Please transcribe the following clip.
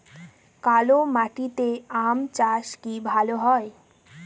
কালো মাটিতে আম চাষ কি ভালো হয়?